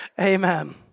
Amen